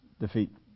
defeat